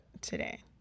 today